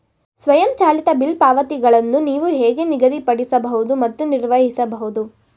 ಸ್ವಯಂಚಾಲಿತ ಬಿಲ್ ಪಾವತಿಗಳನ್ನು ನೀವು ಹೇಗೆ ನಿಗದಿಪಡಿಸಬಹುದು ಮತ್ತು ನಿರ್ವಹಿಸಬಹುದು?